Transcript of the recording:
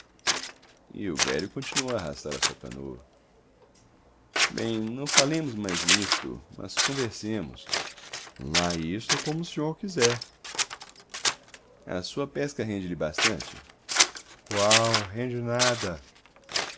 e o velho continuou a arrastar a sua canoa bem não falemos mais nisto mas conversemos lá isto como o senhor quiser a sua pesca rende lhe bastante qual rende nada